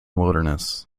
wilderness